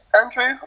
Andrew